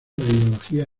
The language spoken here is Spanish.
ideología